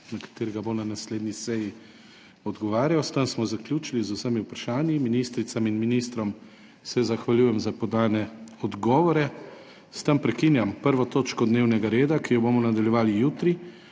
odgovarjal na naslednji seji. S tem smo zaključili z vsemi vprašanji. Ministricam in ministrom se zahvaljujem za podane odgovore. S tem prekinjam 1. točko dnevnega reda, ki jo bomo nadaljevali jutri,